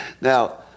Now